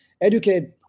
educate